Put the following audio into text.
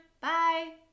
Bye